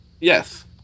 Yes